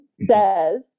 says